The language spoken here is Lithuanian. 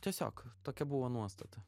tiesiog tokia buvo nuostata